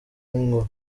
n’inkuba